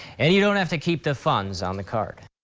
and you don't have to keep the funds on the card.